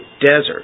desert